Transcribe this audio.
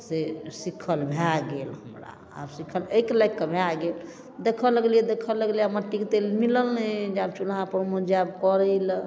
से सिखल भऽ गेल हमरा आब सिखल एहि लऽ कऽ भऽ गेल देखै लगलिए देखै लगलिए आब मट्टीके तेल मिलल नहि जे आब चुल्हापरमे जाएब करैलए